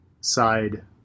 side